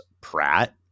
Pratt